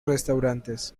restaurantes